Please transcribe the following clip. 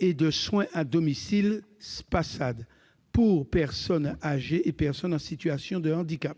et de soins à domicile- Spasad -pour personnes âgées et personnes en situation de handicap.